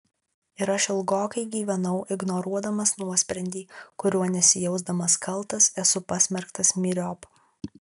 ir aš ilgokai gyvenau ignoruodamas nuosprendį kuriuo nesijausdamas kaltas esu pasmerktas myriop